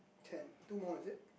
ten two more is it